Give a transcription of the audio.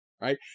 Right